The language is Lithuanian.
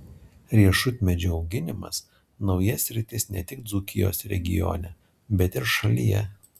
riešutmedžių auginimas nauja sritis ne tik dzūkijos regione bet ir šalyje